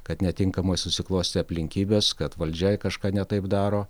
kad netinkamai susiklostė aplinkybės kad valdžia kažką ne taip daro